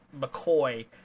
McCoy